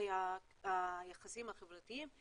היחסים החברתיים,